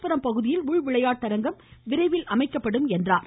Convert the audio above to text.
புரம் பகுதியில் உள் விளையாட்டரங்கம் விரைவில் அமைக்கப்படும் என கூறினார்